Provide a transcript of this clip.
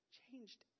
changed